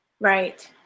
Right